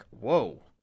whoa